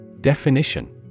Definition